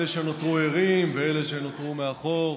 אלה שנותרו ערים ואלה שנותרו מאחור,